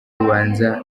ubanza